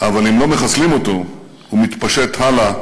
אבל אם לא מחסלים אותו הוא מתפשט הלאה